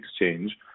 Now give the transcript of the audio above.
exchange